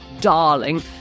darling